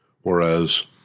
whereas